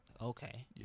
okay